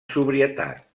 sobrietat